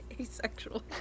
asexual